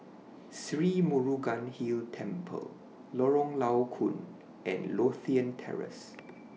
Sri Murugan Hill Temple Lorong Low Koon and Lothian Terrace